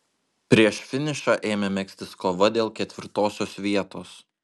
prieš finišą ėmė megztis kova dėl ketvirtosios vietos